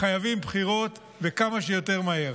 חייבים בחירות, וכמה שיותר מהר.